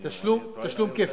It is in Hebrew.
תשלום כפל.